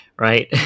Right